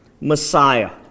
Messiah